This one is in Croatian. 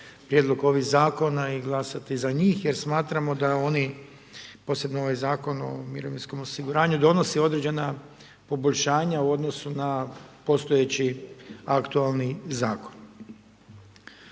prijedlog ovih zakona i glasati za njih, jer smatramo da oni, posebno ovaj Zakon o mirovinskom osiguranju donosi određena poboljšanja u odnosu na postojeći aktualni zakon.